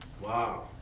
Wow